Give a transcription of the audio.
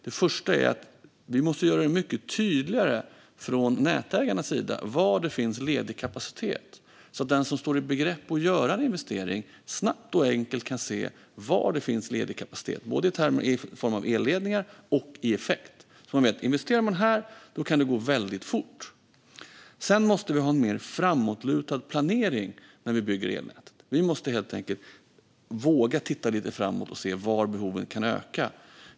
Det första är att nätägarna måste göra det tydligare var det finns ledig kapacitet, så att den som står i begrepp att göra en investering snabbt och enkelt kan se var det finns ledig kapacitet, både i form av elledningar och i form av effekt. Då vet man att det kan gå väldigt fort om man investerar där. Vi måste också ha en mer framåtlutad planering när vi bygger elnät. Vi måste helt enkelt våga titta lite framåt och se var behoven kan öka.